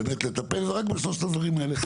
באמת לטפל זה רק בשלושת הדברים האלה.